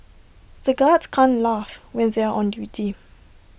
the guards can't laugh when they are on duty